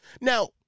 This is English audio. Now